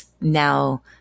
now